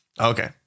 Okay